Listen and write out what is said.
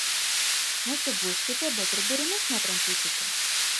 nesigūžkite bet ir durimis netrankykite